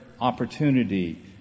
opportunity